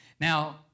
Now